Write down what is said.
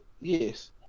Yes